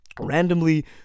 randomly